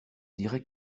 dirait